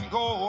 go